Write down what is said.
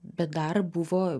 bet dar buvo